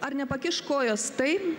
ar nepakiš kojos tai